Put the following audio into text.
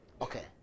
Okay